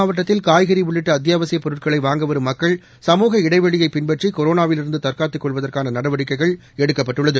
மாவட்டத்தில் காய்கறிஉள்ளிட்டஅத்தியாவசியப் பொருட்களைவாங்க வரும் மக்கள் சமூக இடைவெளியைபின்பற்றிகொரோனாவிலிருந்துதற்காத்துக் கொள்வதற்கானநடவடிக்கைகள் எடுக்கப்பட்டுள்ளது